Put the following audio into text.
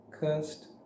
cursed